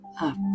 up